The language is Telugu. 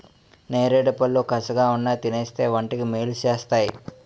నేరేడుపళ్ళు కసగావున్నా తినేస్తే వంటికి మేలు సేస్తేయ్